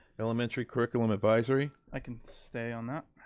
elementary curriculum advisory. i can stay on that.